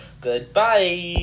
Goodbye